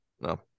no